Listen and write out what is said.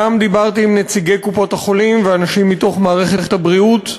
גם דיברתי עם נציגי קופות-החולים ואנשים מתוך מערכת הבריאות,